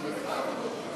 דברים: